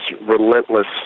relentless